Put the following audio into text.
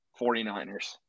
49ers